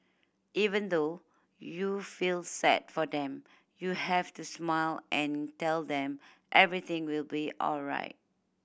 even though you feel sad for them you have to smile and tell them everything will be alright